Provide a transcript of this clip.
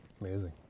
amazing